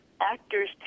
Actors